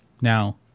Now